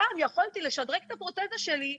פעם יכולתי לשדרג את הפרוטזה שלי.